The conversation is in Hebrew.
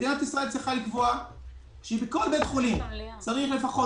מדינת ישראל צריכה לקבוע שבכל בית חולים צריך לפחות